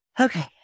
okay